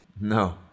No